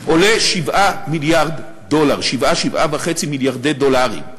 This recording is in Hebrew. עולה 7 מיליארד דולר, 7 7.5 מיליארדי דולרים.